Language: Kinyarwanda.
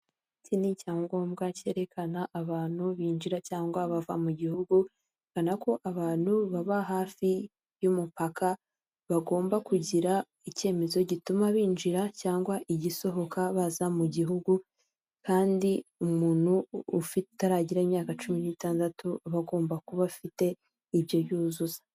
Iki ni icyangombwa kerekana abantu binjira cyangwa bava mu gihugu, kirerekana ko abantu baba hafi y'umupaka bagomba kugira ikemezo gituma binjira cyangwa igisohoka baza mu gihugu, kandi umuntu utaragira imyaka cumi n'itandatu aba agomba kuba bafite ibyo byuzuzo.